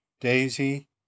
daisy